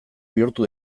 bihurtu